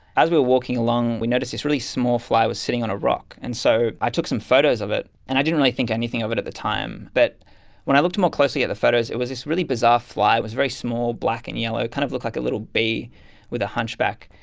as we were walking along, we noticed this really small fly was sitting on a rock, and so i took some photos of it, and i didn't really think anything of it at the time. but when i looked more closely at the photos, it was this really bizarre fly, it was very small, black and yellow, it kind of looked like a little bee with a hunchback.